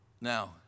Now